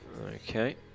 okay